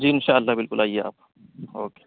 جی ان شاء اللہ بالکل آئیے آپ اوکے